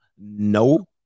no